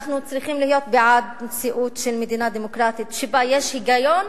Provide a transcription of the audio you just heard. אנחנו צריכים להיות בעד מציאות של מדינה דמוקרטית שבה יש היגיון,